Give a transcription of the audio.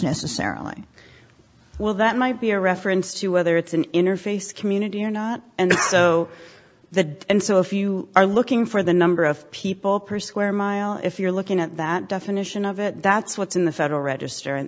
necessarily well that might be a reference to whether it's an interface community or not and so the and so if you are looking for the number of people per square mile if you're looking at that definition of it that's what's in the federal register and